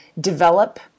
develop